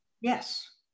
Yes